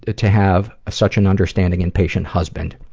ah to have such an understanding and patient husband.